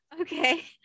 Okay